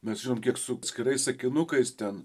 mes žinom kiek su atskirais sakinukais ten